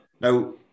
Now